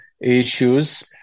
issues